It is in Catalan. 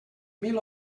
mil